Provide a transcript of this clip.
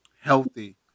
Healthy